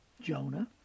Jonah